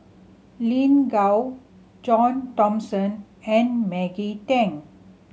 Lin Gao John Thomson and Maggie Teng